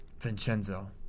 Vincenzo